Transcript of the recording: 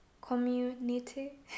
Community